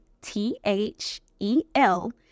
T-H-E-L